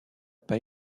pas